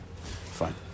Fine